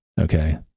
Okay